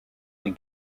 les